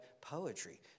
poetry